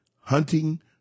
hunting